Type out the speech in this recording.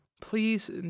please